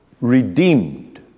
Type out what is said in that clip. Redeemed